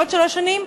בעוד שלוש שנים,